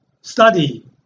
study